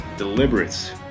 deliberate